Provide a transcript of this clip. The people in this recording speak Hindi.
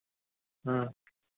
हाँ